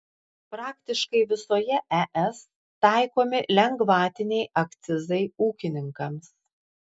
praktiškai visoje es taikomi lengvatiniai akcizai ūkininkams